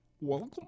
Welcome